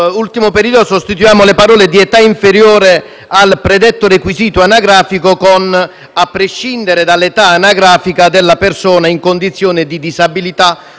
ultimo periodo, di sostituire le parole: «di età inferiore al predetto requisito anagrafico» con le seguenti: «a prescindere dall'età anagrafica della persona in condizione di disabilità